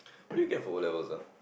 what did you get for O-levels ah